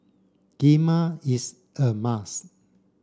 Kheema is a must